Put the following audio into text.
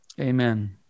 Amen